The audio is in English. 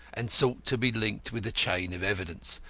and sought to be linked with the chain of evidence.